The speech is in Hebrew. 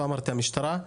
לא אמרתי המשטרה.